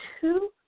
two